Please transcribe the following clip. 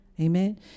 amen